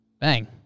bang